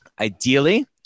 ideally